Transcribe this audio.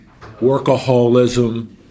workaholism